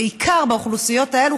בעיקר באוכלוסיות האלה,